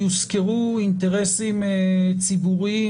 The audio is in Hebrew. יוזכרו אינטרסים ציבוריים?